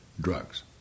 drugs